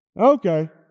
okay